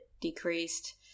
decreased